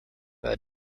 where